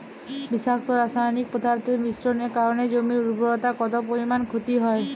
বিষাক্ত রাসায়নিক পদার্থের মিশ্রণের কারণে জমির উর্বরতা কত পরিমাণ ক্ষতি হয়?